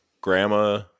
grandma